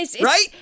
Right